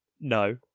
No